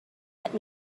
let